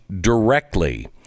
directly